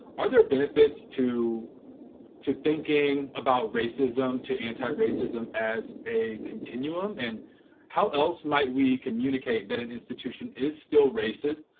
are there benefits to to thinking about racism to anti-racism as a continuum? and how else might we communicate that an institution is still racist,